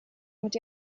mit